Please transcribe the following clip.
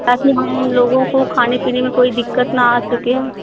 ताकि हम लोगो को खाने पीने में कोई दिक़्कत ना आ सके